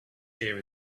here